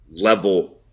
level